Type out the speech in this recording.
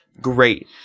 great